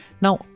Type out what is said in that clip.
now